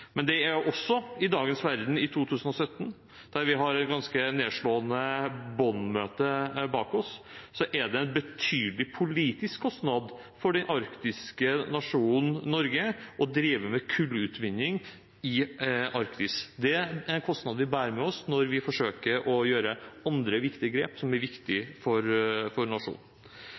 Det er også i dagens verden, i 2017, der vi har et ganske nedslående Bonn-møte bak oss, en betydelig politisk kostnad for den arktiske nasjonen Norge å drive med kullutvinning i Arktis. Det er kostnader vi bærer med oss når vi forsøker å gjøre andre viktige grep